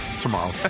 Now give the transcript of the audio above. Tomorrow